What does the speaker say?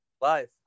life